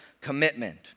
commitment